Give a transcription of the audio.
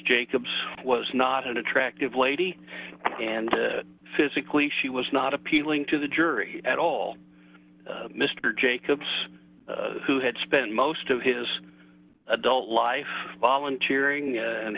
jacobs was not an attractive lady and physically she was not appealing to the jury at all mr jacobs who had spent most of his adult life volunteer ing and